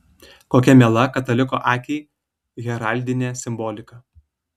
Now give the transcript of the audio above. kokia miela kataliko akiai heraldinė simbolika